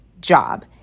job